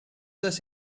does